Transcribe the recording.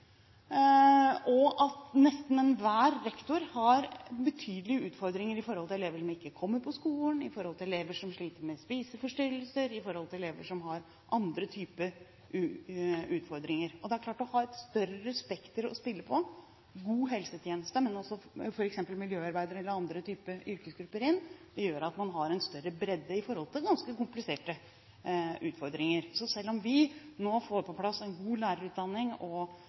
og at nesten enhver rektor har betydelige utfordringer når det gjelder elever som ikke kommer på skolen, når det gjelder elever som sliter med spiseforstyrrelser, og når det gjelder elever som har andre typer utfordringer. Det er klart at når man har et større spekter å spille på, en god helsetjeneste, men også få f.eks. miljøarbeidere eller andre typer yrkesgrupper inn, gjør at man har en større bredde når det gjelder ganske kompliserte utfordringer. Så selv om vi nå får på plass en god lærerutdanning